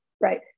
right